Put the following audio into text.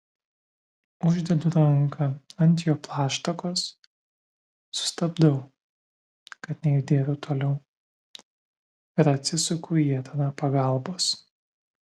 uždedu ranką ant jo plaštakos sustabdau kad nejudėtų toliau ir atsisuku į etaną pagalbos